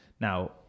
Now